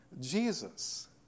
Jesus